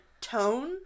tone